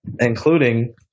including